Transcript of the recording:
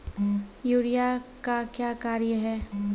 Urea का क्या कार्य हैं?